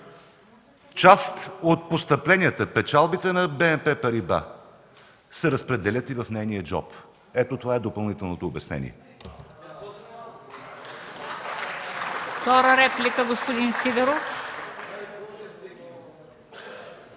Част от постъпленията и печалбите на БНП „Париба” са разпределят и в нейния джоб. Ето това е допълнителното обяснение.